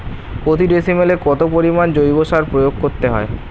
প্রতি ডিসিমেলে কত পরিমাণ জৈব সার প্রয়োগ করতে হয়?